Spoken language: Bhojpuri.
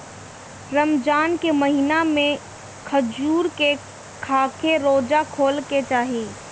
रमजान के महिना में खजूर के खाके रोज़ा खोले के चाही